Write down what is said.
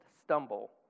stumble